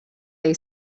they